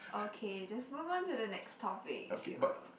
okay just move on to the next topic if you will